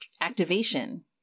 Activation